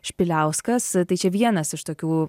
špiliauskas tai čia vienas iš tokių